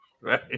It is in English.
Right